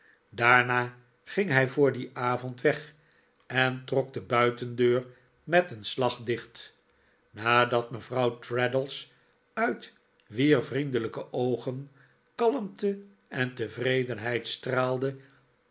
daarna ging hij voor dien avond weg en trok de buitendeur met een slag dicht nadat mevrouw traddles uit wier vriendelijke oogen kalmte en tevredenheid straalden